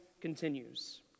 continues